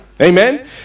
Amen